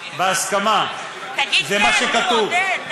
בהסכמה, זה מה שכתוב.